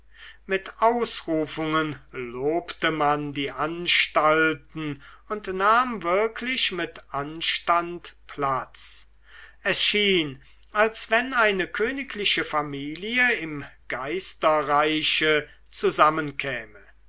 mit ausrufungen lobte man die anstalten und nahm wirklich mit anstand platz es schien als wenn eine königliche familie im geisterreiche zusammenkäme